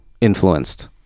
influenced